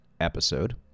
episode